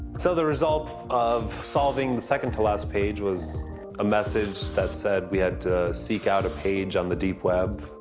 so the result of solving the second-to-last page was a message that said we had to seek out a page on the deep web.